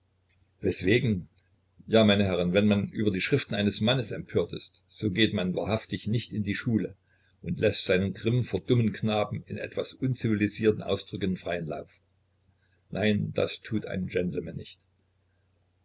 weswegen ja meine herrn wenn man über die schriften eines mannes empört ist so geht man wahrhaftig nicht in die schule und läßt seinem grimm vor dummen knaben in etwas unzivilisierten ausdrücken freien lauf nein das tut ein gentleman nicht